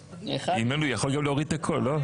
הוא יכול גם להוריד את הכול, לא?